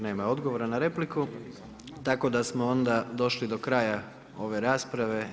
Nema odgovora na repliku, tako da smo onda došli do kraja ove rasprave.